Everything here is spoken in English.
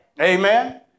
Amen